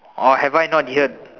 or have I not heared